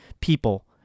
people